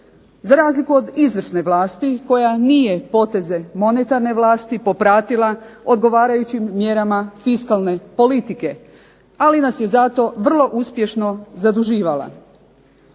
Za razliku od izvršne vlasti koja nije poteze monetarne vlasti popratila odgovarajućim mjerama fiskalne politike, ali nas je zato vrlo uspješno zaduživala.